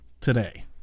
today